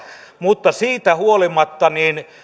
mutta siitä huolimatta